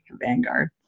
Vanguard